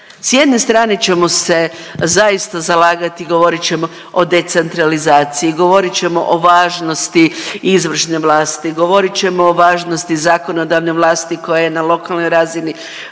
S jedne strane ćemo se zaista zalagati, govorit ćemo o decentralizaciji, govorit ćemo o važnosti izvršne vlasti, govorit ćemo o važnosti zakonodavne vlasti koja je na lokalnoj razini,